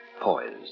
poised